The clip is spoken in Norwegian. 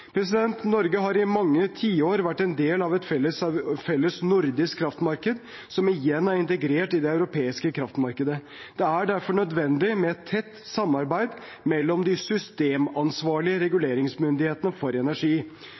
Norge har i mange tiår vært en del av et felles nordisk kraftmarked, som igjen er integrert i det europeiske kraftmarkedet. Det er derfor nødvendig med et tett samarbeid mellom de systemansvarlige reguleringsmyndighetene for energi.